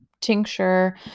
tincture